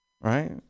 right